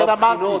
לכן אמרתי.